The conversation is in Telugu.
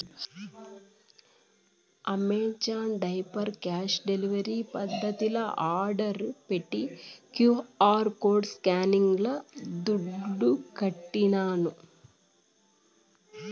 అమెజాన్ డైపర్ క్యాష్ డెలివరీ పద్దతిల ఆర్డర్ పెట్టి క్యూ.ఆర్ కోడ్ స్కానింగ్ల దుడ్లుకట్టినాను